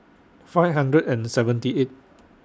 five hundred and seventy eight